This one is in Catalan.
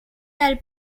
del